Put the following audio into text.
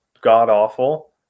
god-awful